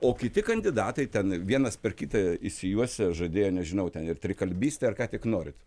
o kiti kandidatai ten vienas per kitą išsijuosę žadėjo nežinau ten ir trikalbystę ar ką tik norit